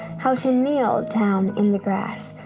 how to kneel down in the grass,